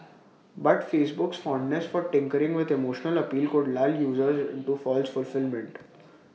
but Facebook's fondness for tinkering with emotional appeal could lull users into false fulfilment